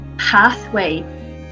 pathway